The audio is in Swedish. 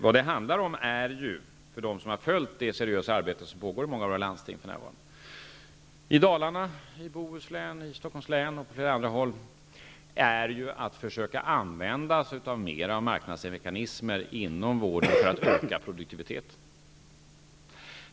Vad det handlar om är -- det vet de som har följt det seriösa arbete som för närvarande pågår i många av våra landsting, i Dalarna, i Bohuslän, i Stockholms län och på flera andra håll -- att mer försöka använda sig av marknadsmekanismer inom vården för att öka produktiviteten.